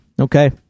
Okay